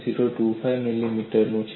025 મિલીમીટરનું છે